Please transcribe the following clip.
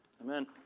Amen